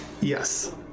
yes